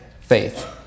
faith